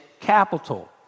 capital